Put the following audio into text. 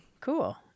Cool